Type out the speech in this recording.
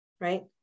right